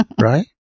Right